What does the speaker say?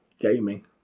gaming